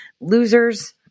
losers